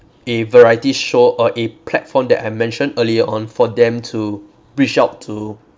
a variety show uh a platform that I mentioned earlier on for them to reach out to